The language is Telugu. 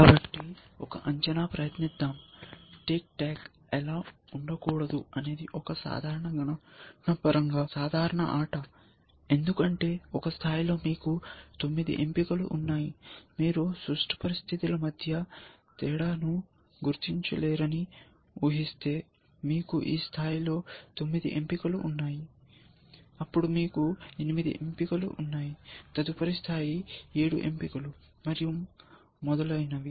కాబట్టి ఒక అంచనాను ప్రయత్నిద్దాం టిక్ టాక్ ఎలా ఉండకూడదు అనేది ఒక సాధారణ గణనపరంగా ఒక సాధారణ ఆట ఎందుకంటే ఒక స్థాయిలో మీకు 9 ఎంపికలు ఉన్నాయి మీరు సుష్ట పరిస్థితుల మధ్య తేడాను గుర్తించలేరని ఉహిస్తే మీకు ఈ స్థాయిలో 9 ఎంపికలు ఉన్నాయి అప్పుడు మీకు 8 ఎంపికలు ఉన్నాయి తదుపరి స్థాయి 7 ఎంపికలు మరియు మొదలైనవి